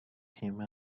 came